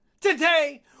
Today